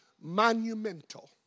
monumental